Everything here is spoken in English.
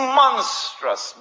monstrous